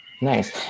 Nice